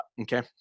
okay